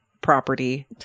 Property